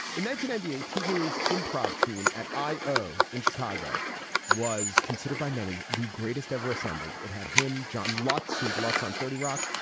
ninety ninety eight teaches improv team at i o in chicago was considered by many the greatest ever assembled. it had him john lutz who was lutz on thirty rock.